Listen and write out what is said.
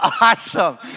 awesome